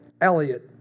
Elliot